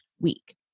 week